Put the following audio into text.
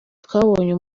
twabonye